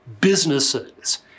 businesses